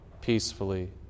peacefully